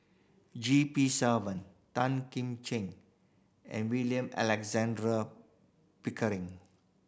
G P Selvam Tan Kim Ching and William Alexander Pickering